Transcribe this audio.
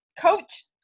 coach